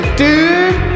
dude